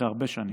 אחרי הרבה שנים,